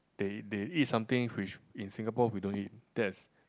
they they eat something which in Singapore we don't eat that is